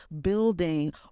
building